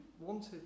wanted